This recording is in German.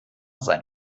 sein